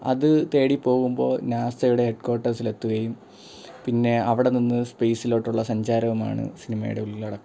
അതു തേടി പോകുമ്പോൾ നാസയുടെ ഹെഡ് കോർട്ടേഴ്സിൽ എത്തുകയും പിന്നെ അവിടെ നിന്നു സ്പേസിലോട്ടുള്ള സഞ്ചാരവുമാണ് സിനിമയുടെ ഉള്ളടക്കം